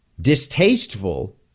distasteful